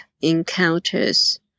encounters